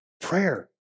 prayer